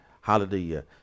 Hallelujah